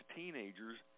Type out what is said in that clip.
teenagers